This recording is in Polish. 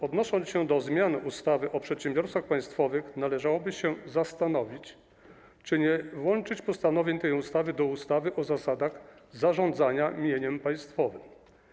Odnosząc się do zmian ustawy o przedsiębiorstwach państwowych, należałoby się zastanowić, czy nie włączyć postanowień tej ustawy do ustawy o zasadach zarządzania mieniem państwowym.